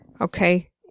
Okay